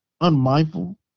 unmindful